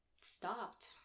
stopped